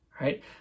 right